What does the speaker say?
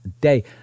day